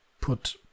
put